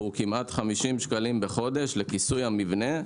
והוא כמעט 50 שקלים בחודש לכיסוי המבנה,